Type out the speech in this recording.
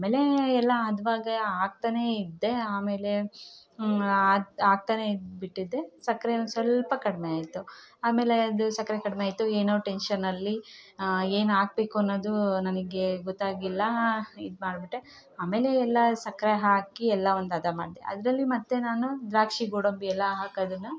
ಆಮೇಲೆ ಎಲ್ಲ ಹದ್ವಾಗೆ ಹಾಕ್ತಾ ಇದ್ದೇ ಆಮೇಲೆ ಹಾಕ್ತಾ ಇದ್ಬಿಟ್ಟಿದ್ದೆ ಸಕ್ರೆ ಸ್ವಲ್ಪ ಕಡಿಮೆ ಆಯಿತು ಆಮೇಲೆ ಅದು ಸಕ್ಕರೆ ಕಡಿಮೆ ಆಯಿತು ಏನೋ ಟೆನ್ಷನಲ್ಲಿ ಏನು ಹಾಕಬೇಕು ಅನ್ನೋದು ನನಗೆ ಗೊತ್ತಾಗಿಲ್ಲ ಇದುಮಾಡ್ಬಿಟ್ಟೆ ಆಮೇಲೆ ಎಲ್ಲ ಸಕ್ಕರೆ ಹಾಕಿ ಎಲ್ಲ ಒಂದು ಹದ ಮಾಡಿದೆ ಅದರಲ್ಲಿ ಮತ್ತು ನಾನು ದ್ರಾಕ್ಷಿ ಗೋಡಂಬಿ ಎಲ್ಲ ಹಾಕೋದನ್ನ